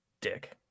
dick